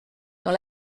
dans